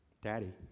Daddy